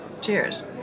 Cheers